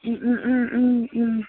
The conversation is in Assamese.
ওঁ ওঁ ওঁ ওঁ ওঁ